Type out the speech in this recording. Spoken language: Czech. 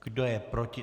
Kdo je proti?